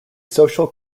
social